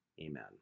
Amen